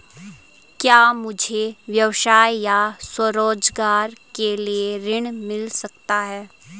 क्या मुझे व्यवसाय या स्वरोज़गार के लिए ऋण मिल सकता है?